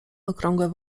okrągłe